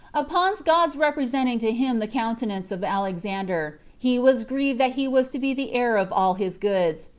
upon god's representing to him the countenance of alexander, he was grieved that he was to be the heir of all his goods,